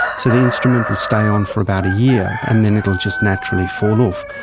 so the instrument will stay on for about a year and then it will just naturally fall off.